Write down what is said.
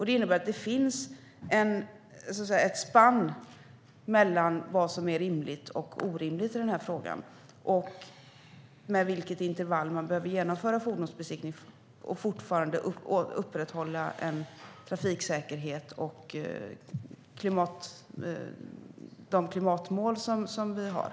Det innebär att det finns ett spann när det gäller vad som är rimligt och orimligt i den här frågan och med vilket intervall man behöver genomföra fordonsbesiktning för att fortfarande upprätthålla en trafiksäkerhet och de klimatmål som vi har.